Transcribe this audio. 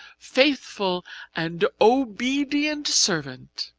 faithfull and obedient servant,